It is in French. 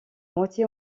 moitié